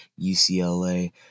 UCLA